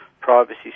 privacy